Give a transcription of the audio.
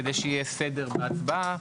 כדי שיהיה סדר בהצבעה,